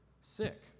sick